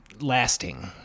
lasting